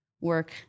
work